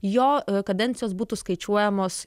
jo kadencijos būtų skaičiuojamos